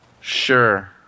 Sure